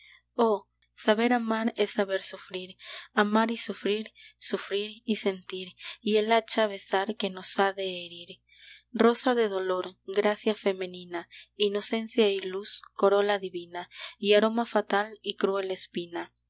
oh saber amar es saber sufrir amar y sufrir sufrir y sentir y el hacha besar que nos ha de herir rosa de dolor gracia femenina inocencia y luz corola divina y aroma fatal y cruel espina